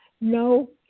No